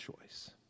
choice